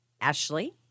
Ashley